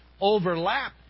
overlap